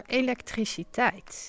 elektriciteit